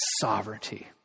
sovereignty